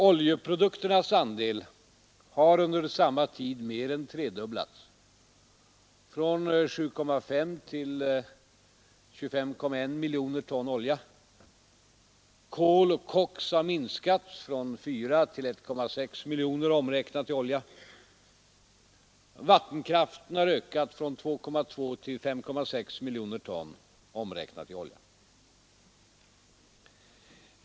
Oljeprodukternas andel har under samma tid mer än tredubblats — från 7,4 till 25,1 miljoner ton olja; kol och koks har minskat från 4,0 till 1,6 miljoner ton omräknat i olja; vattenkraften har ökat från 2,2 till 5,6 miljoner ton omräknat i olja.